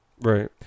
Right